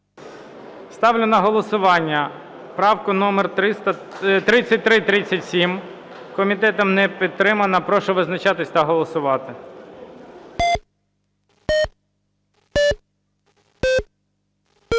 Ставлю на голосування правку номер 3337. Комітетом не підтримана. Прошу визначатися та голосувати.